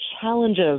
challenges